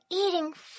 eating